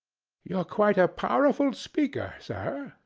you're quite a powerful speaker, sir,